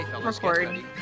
record